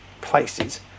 places